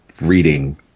reading